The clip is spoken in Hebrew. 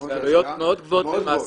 נכון --- אלה עלויות מאוד גבוהות למעסיקים.